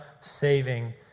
saving